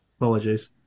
Apologies